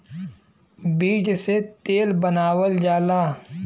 बीज से तेल बनावल जाला